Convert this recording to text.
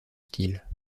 style